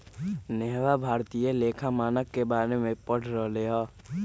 नेहवा भारतीय लेखा मानक के बारे में पढ़ रहले हल